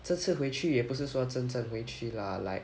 这次回去也不是说真正回去 lah like